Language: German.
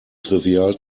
trivial